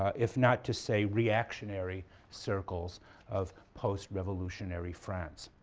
ah if not to say reactionary, circles of post revolutionary france.